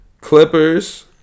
Clippers